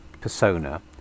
persona